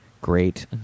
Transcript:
great